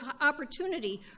opportunity